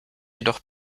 jedoch